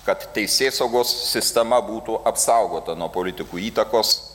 kad teisėsaugos sistema būtų apsaugota nuo politikų įtakos